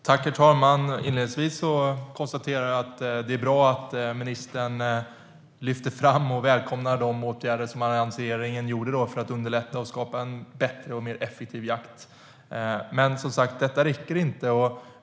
STYLEREF Kantrubrik \* MERGEFORMAT Svar på interpellationerHerr talman! Det är bra att ministern lyfter fram och välkomnar de åtgärder som alliansregeringen gjorde för att underlätta och skapa en bättre och mer effektiv jakt. Men det räcker som sagt inte.